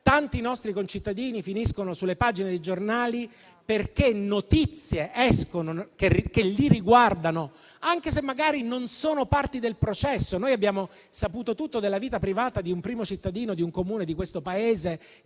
tanti nostri concittadini finiscono sulle pagine dei giornali perché escono notizie che li riguardano, anche se magari non sono parti del processo. Noi abbiamo saputo tutto della vita privata di un primo cittadino di un Comune di questo Paese,